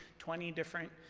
twenty different